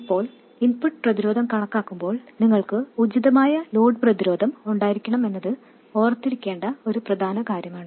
ഇപ്പോൾ ഇൻപുട്ട് പ്രതിരോധം കണക്കാക്കുമ്പോൾ നിങ്ങൾക്ക് ഉചിതമായ ലോഡ് പ്രതിരോധം ഉണ്ടായിരിക്കണം എന്നത് ഓർത്തിരിക്കേണ്ട പ്രധാന കാര്യമാണ്